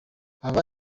aba